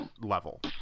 level